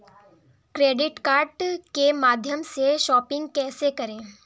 Credit card के माध्यम से शॉपिंग कैसे करें?